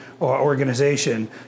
organization